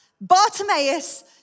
Bartimaeus